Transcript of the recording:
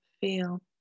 feel